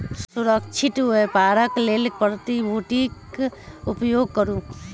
सुरक्षित व्यापारक लेल प्रतिभूतिक उपयोग करू